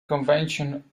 convention